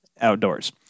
outdoors